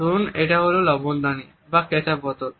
ধরুন এটি হলো লবণদানি বা কেচাপ বোতল